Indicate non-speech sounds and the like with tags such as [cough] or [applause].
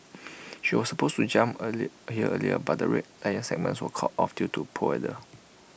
[noise] she was supposed to jump A leap A year earlier but the Red Lions segment was called off due to poor weather